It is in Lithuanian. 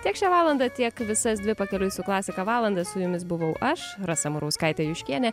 tiek šią valandą tiek visas dvi pakeliui su klasika valandas su jumis buvau aš rasa murauskaitė juškienė